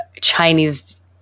Chinese